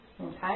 Okay